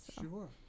Sure